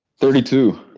thirty-two.